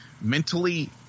mentally